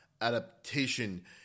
adaptation